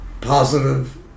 positive